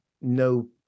no